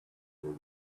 were